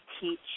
teach